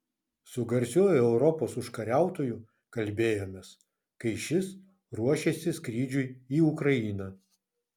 su garsiuoju europos užkariautoju kalbėjomės kai šis ruošėsi skrydžiui į ukrainą